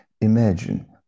Imagine